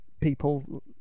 people